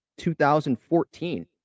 2014